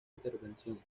intervención